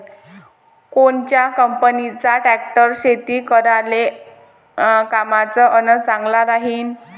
कोनच्या कंपनीचा ट्रॅक्टर शेती करायले कामाचे अन चांगला राहीनं?